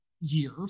year